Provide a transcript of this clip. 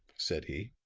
said he.